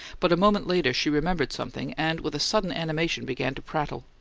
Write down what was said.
but a moment later she remembered something, and, with a sudden animation, began to prattle.